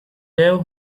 wave